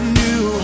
new